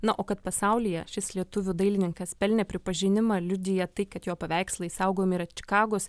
na o kad pasaulyje šis lietuvių dailininkas pelnė pripažinimą liudija tai kad jo paveikslai saugomi ir čikagos